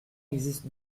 existent